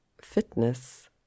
fitness